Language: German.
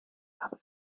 aber